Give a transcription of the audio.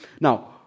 Now